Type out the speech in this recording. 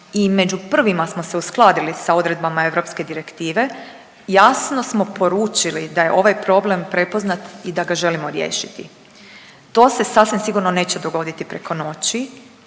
i među prvima smo se uskladili sa odredbama europske direktive, jasno smo poručili da je ovaj problem prepoznat i da ga želimo riješiti. To se sasvim sigurno neće dogoditi preko noći,